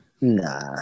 Nah